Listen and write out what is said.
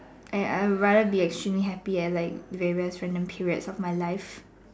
I I rather be extremely happy at like various random period of my life